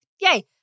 yay